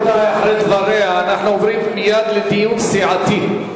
אחרי דבריה של חברת הכנסת איציק אנחנו עוברים לדיון סיעתי.